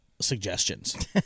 suggestions